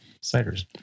ciders